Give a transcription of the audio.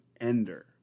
ender